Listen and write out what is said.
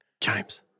Chimes